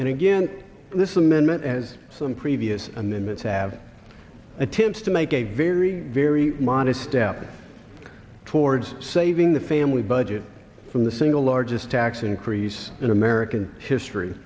and again this amendment as some previous amendments have attempts to make a very very modest step towards saving the family budget from the single largest tax increase in american history